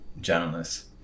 journalists